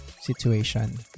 situation